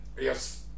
Yes